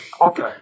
okay